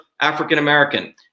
African-American